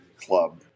club